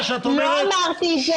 לא אמרתי.